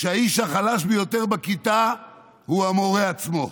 והאיש החלש ביותר בכיתה הוא המורה עצמו,